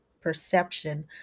perception